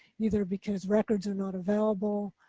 either because records are not available